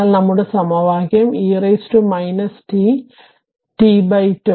എന്നാൽ നമ്മുടെ സമവാക്യം e t t𝛕